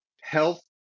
health